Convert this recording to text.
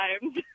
times